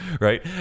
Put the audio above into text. right